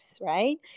right